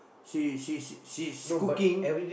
she she she's she is cooking